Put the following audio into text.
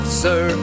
sir